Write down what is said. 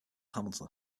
hamilton